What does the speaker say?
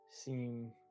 seem